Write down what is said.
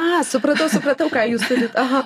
a supratau supratau ką jūs turit aha